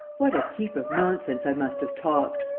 what a heap of nonsense i must have talked!